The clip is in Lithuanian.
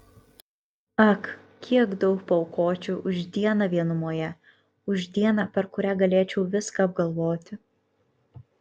ak kiek daug paaukočiau už dieną vienumoje už dieną per kurią galėčiau viską apgalvoti